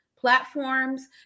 Platforms